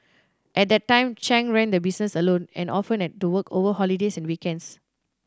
at that time Chung ran the business alone and often had to work over holidays and weekends